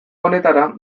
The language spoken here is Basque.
honetara